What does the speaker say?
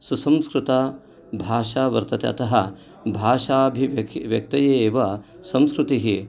सुसंस्कृता भाषा वर्तते अतः भाषा अभिव्यक्तये एव संस्कृतिः